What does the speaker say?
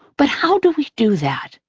but how do we do that?